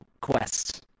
quests